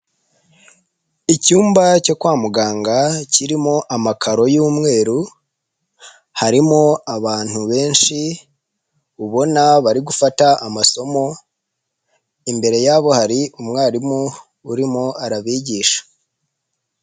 Icyumba cyo kwa muganga kirimo amakaro y'umweru harimo abantu benshi ubona bari gufata amasomo, imbere yabo hari umwarimu urimo arabigisha.